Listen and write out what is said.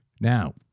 Now